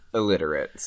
illiterate